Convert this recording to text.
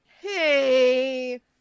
hey